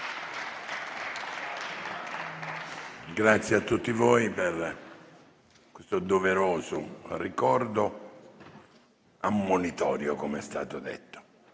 Ringrazio tutti voi per questo doveroso ricordo ammonitorio, come è stato detto.